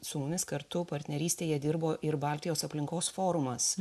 su mumis kartu partnerystėje dirbo ir baltijos aplinkos forumas